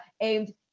aimed